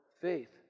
faith